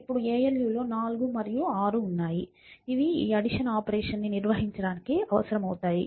ఇప్పుడు ALUలో 4 మరియు 6 ఉన్నాయి ఇవి ఈ అడిషన్ ఆపరేషన్ ని నిర్వహించడానికి అవసరం అవుతాయి